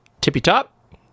tippy-top